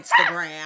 Instagram